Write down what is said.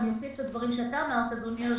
אוסיף את הדברים שאתה אמרת, אדוני היושב-ראש,